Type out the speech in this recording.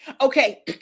okay